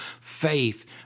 faith